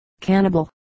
cannibal